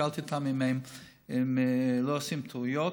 שאלתי אותם אם הם לא עושים טעויות.